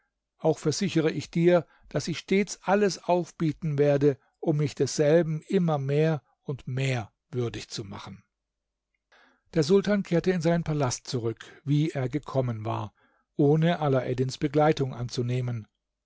auch versichere ich dir daß ich stets alles aufbieten werde um mich desselben immer mehr und mehr würdig zu machen der sultan kehrte in seinen palast zurück wie er gekommen war ohne alaeddins begleitung anzunehmen